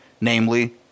namely